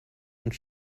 und